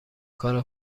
کار